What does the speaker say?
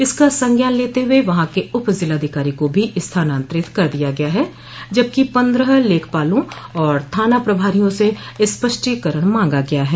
इसका संज्ञान लेते हुए वहां के उप जिलाधिकारी को भी स्थानान्तरित कर दिया गया है जबकि पन्द्रह लेखपालों और थाना प्रभारियों से स्पष्टीकरण मांगा गया है